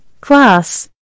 class